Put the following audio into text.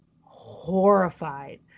horrified